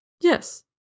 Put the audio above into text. Yes